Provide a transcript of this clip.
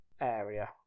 area